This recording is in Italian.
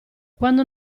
quando